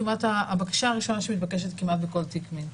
כמעט הבקשה הראשונה שמתבקשת כמעט בכל תיק מין.